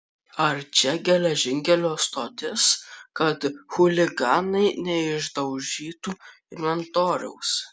ar čia geležinkelio stotis kad chuliganai neišdaužytų inventoriaus